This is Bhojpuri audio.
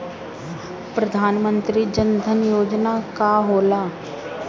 प्रधानमंत्री जन धन योजना का होला?